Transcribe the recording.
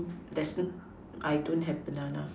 there's I don't have banana